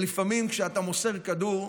לפעמים, כשאתה מוסר כדור,